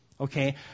Okay